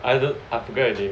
I don't I forget already